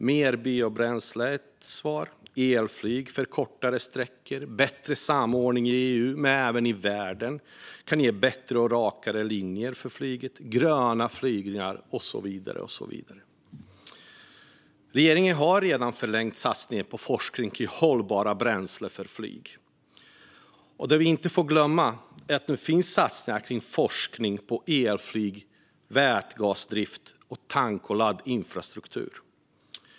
Mer biobränsle, elflyg för kortare sträckor och bättre samordning i EU men även i världen kan ge bättre och rakare linjer för flyget, gröna flygningar och så vidare. Regeringen har redan förlängt satsningen på forskning om hållbara bränslen för flyg, och vi får inte glömma att det nu finns satsningar på forskning om elflyg, vätgasdrift och tanknings och laddinfrastruktur.